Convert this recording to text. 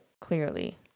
clearly